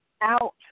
out